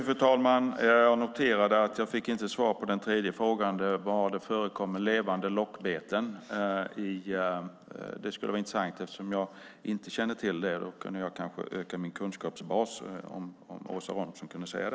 Fru talman! Jag noterade att jag inte fick svar på den tredje frågan, var det förekommer levande lockbeten. Det skulle vara intressant att få svar på det eftersom jag inte känner till det. Om Åsa Romson kunde svara på detta kunde jag kanske öka min kunskapsbas.